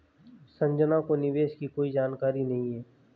संजना को निवेश की कोई जानकारी नहीं है